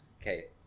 Okay